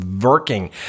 working